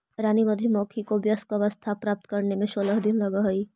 रानी मधुमक्खी को वयस्क अवस्था प्राप्त करने में सोलह दिन लगह हई